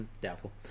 doubtful